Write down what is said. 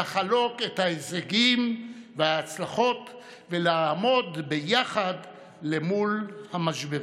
לחלוק את ההישגים וההצלחות ולעמוד יחד מול המשברים.